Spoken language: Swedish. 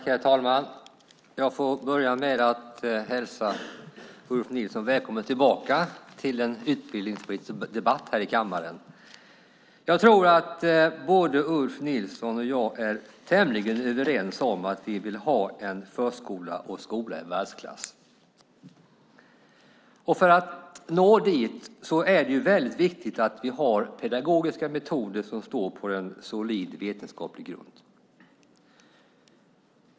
Herr talman! Jag får börja med att hälsa Ulf Nilsson välkommen tillbaka till en utbildningspolitisk debatt här i kammaren. Jag tror att Ulf Nilsson och jag är tämligen överens om att vi vill ha en förskola och skola i världsklass. För att nå dit är det viktigt att vi har pedagogiska metoder som står på en solid vetenskaplig grund.